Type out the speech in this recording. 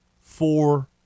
Four